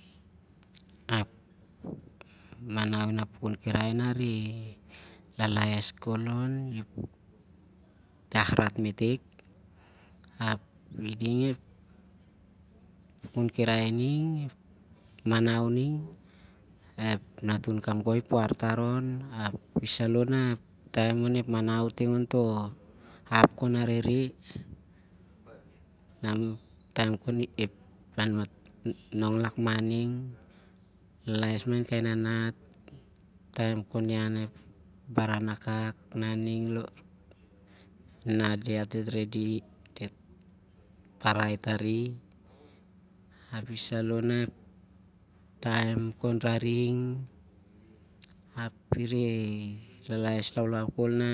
Ep manau in ah pukun kirai na reh 'lalaes khol onep iahrat metek ap iding ep pukun kirai ning ep manau on ep natun kamgoi i- puar tar on- ap i saloh na ep manau ting ontoh ap khon arere. Ap na nong lakman ning, lalaes mahin kai nanat, taem khon ian ep baran angan akak na ding e nana diat redi i-. Ap ah parai tari ap isaloh na ep taem khon raring api reh lales laulau khol na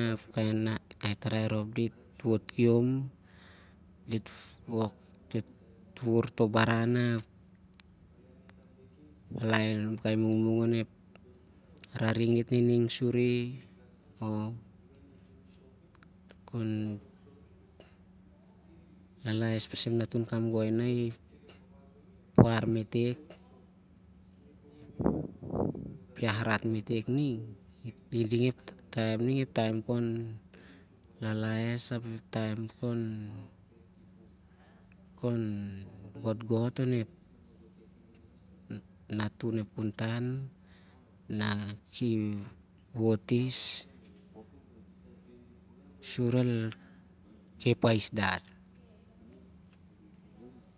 ep tarai rop dit wot khiom me't wuvur toh baran na kai mungmung onep raring dit nining suri o khon lalaes pas ep natun kamgoi na i- puar metek. Ep iahrat metek ning, iding ep taem khon lalaes ap khon gotgot onep natun ep kuntan na ki- wot is khon khep ais dat